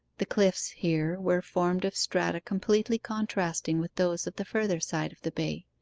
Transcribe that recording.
the cliffs here were formed of strata completely contrasting with those of the further side of the bay,